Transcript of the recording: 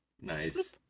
Nice